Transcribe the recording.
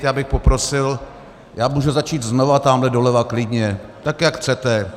Já bych poprosil, já můžu začít znova tamhle doleva klidně, tak jak chcete.